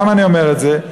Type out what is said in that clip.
למה אני אומר את זה?